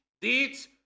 Deeds